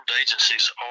agencies